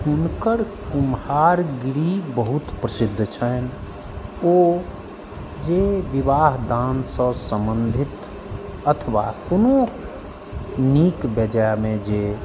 हुनकर कुम्हारगिरी बहुत प्रसिद्ध छनि ओ जे विवाहदानसँ सम्बन्धित अथवा कोनो नीक बेजाइमे जे